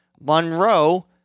Monroe